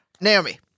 Naomi